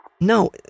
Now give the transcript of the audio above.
No